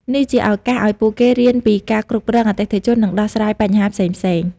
នេះជាឱកាសឲ្យពួកគេរៀនពីការគ្រប់គ្រងអតិថិជន និងដោះស្រាយបញ្ហាផ្សេងៗ។